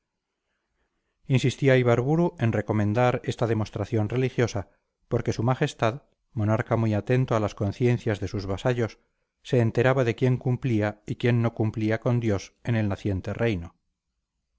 ejércitos insistía ibarburu en recomendar esta demostración religiosa porque su majestad monarca muy atento a las conciencias de sus vasallos se enteraba de quien cumplía y quién no cumplía con dios en el naciente reino